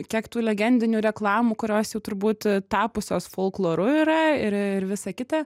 kiek tų legendinių reklamų kurios jau turbūt tapusios folkloru yra ir ir visa kita